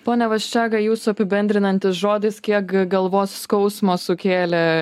pone vaščega jūsų apibendrinantis žodis kiek galvos skausmo sukėlė